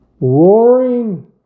Roaring